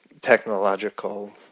technological